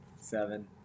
seven